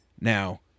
Now